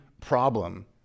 problem